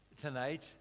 tonight